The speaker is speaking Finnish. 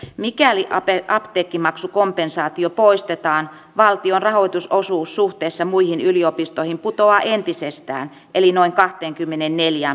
mikäli cape apteekkimaksukompensaatio poistetaan valtion rahoitusosuus suhteessa muihin yliopistoihin putoaa entisestään eli noin kahteenkymmeneenneljään